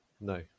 No